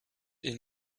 est